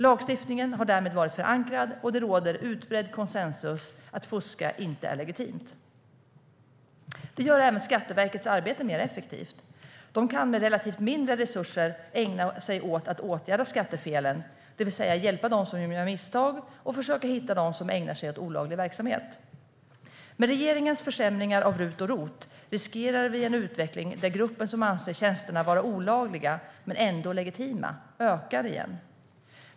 Lagstiftningen har därmed varit förankrad, och det råder utbredd konsensus om att det inte är legitimt att fuska. Det gör även Skatteverkets arbete mer effektivt. Man kan med relativt mindre resurser ägna sig åt att åtgärda skattefelen, det vill säga att hjälpa dem som gör misstag och försöka hitta dem som ägnar sig åt olaglig verksamhet. Med regeringens försämringar av RUT och ROT riskerar vi att få en utveckling där gruppen som anser tjänsterna vara olagliga men ändå legitima ökar igen.